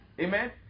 Amen